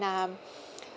um